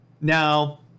Now